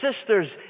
sisters